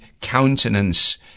countenance